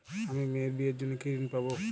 আমি মেয়ের বিয়ের জন্য কি ঋণ পাবো?